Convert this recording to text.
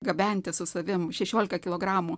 gabenti su savim šešiolika kilogramų